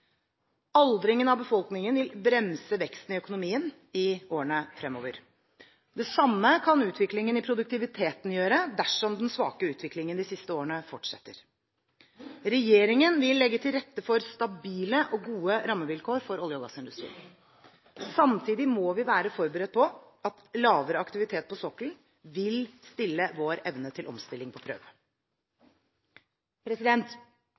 av befolkningen vil bremse veksten i økonomien i årene fremover. Det samme kan utviklingen i produktiviteten gjøre dersom den svake utviklingen de siste årene fortsetter. Regjeringen vil legge til rette for stabile og gode rammevilkår for olje- og gassindustrien. Samtidig må vi være forberedt på at lavere aktivitet på sokkelen vil stille vår evne til omstilling på